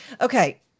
okay